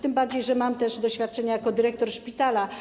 Tym bardziej że mam też doświadczenie jako dyrektor szpitala.